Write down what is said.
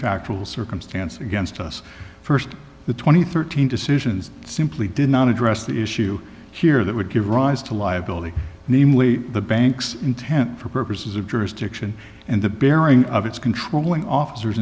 factual circumstances against us st the two thousand and thirteen decisions simply did not address the issue here that would give rise to liability namely the bank's intent for purposes of jurisdiction and the bearing of its controlling officers